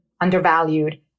undervalued